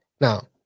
now